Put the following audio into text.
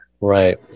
Right